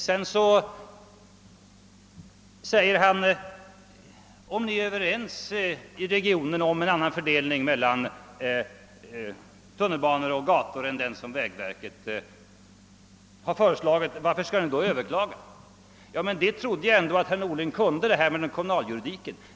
Sedan säger herr Norling: Om ni i regionen är överens om en annan fördelning mellan tunnelbanor och gator än den som vägverket har föreslagit, varför skall ni då överklaga? Jag trodde ändå att herr Norling kunde det här med kommunaljuridiken!